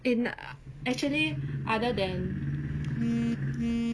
eh actually other than